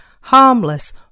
harmless